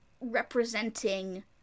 representing